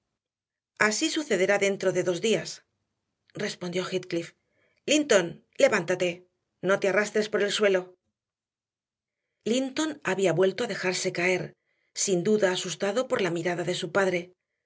así sucederá dentro de dos días respondió heathcliff linton levántate no te arrastres por el suelo linton había vuelto a dejarse caer sin duda asustado por la mirada de su padre